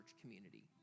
community